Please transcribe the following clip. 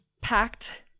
packed